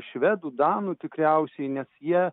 švedų danų tikriausiai nes jie